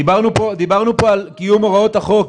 דיברנו פה על קיום הוראות החוק,